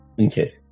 Okay